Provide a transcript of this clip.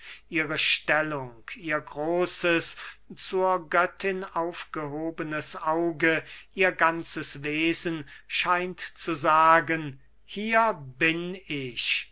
ihre stellung ihr großes zur göttin aufgehobenes auge ihr ganzes wesen scheint zu sagen hier bin ich